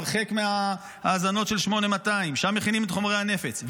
הרחק מההאזנות של 8200. שם מכינים את חומרי הנפץ.